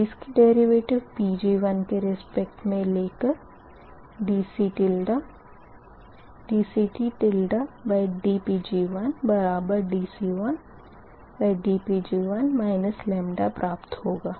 अब इसकी derivative Pg1 के रिस्पेक्ट मे ले कर dCTdPg1dC1dPg1 प्राप्त होगा